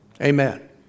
Amen